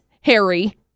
Harry